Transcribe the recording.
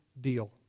deal